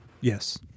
Yes